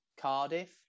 Cardiff